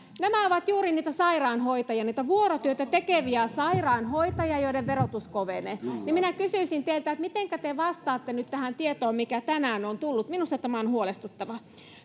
nämä ovat juuri niitä sairaanhoitajia niitä vuorotyötä tekeviä sairaanhoitajia joiden verotus kovenee minä kysyisin teiltä että mitenkä te vastaatte nyt tähän tietoon mikä tänään on tullut minusta tämä on huolestuttavaa